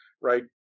right